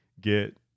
get